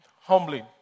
humbling